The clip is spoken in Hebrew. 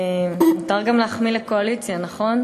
מותר גם להחמיא לקואליציה, נכון?